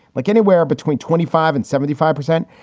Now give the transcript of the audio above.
like anywhere between twenty five and seventy five percent.